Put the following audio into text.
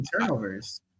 turnovers